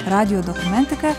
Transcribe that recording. radijo dokumentika